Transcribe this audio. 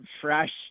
fresh